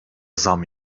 zam